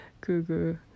Google